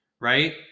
right